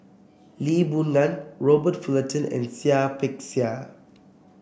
Lee Boon Ngan Robert Fullerton and Seah Peck Seah